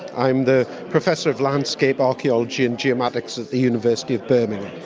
i am the professor of landscape archaeology and geomatics at the university of birmingham.